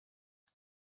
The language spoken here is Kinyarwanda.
amb